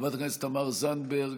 חברת הכנסת תמר זנדברג,